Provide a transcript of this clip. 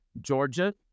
Georgia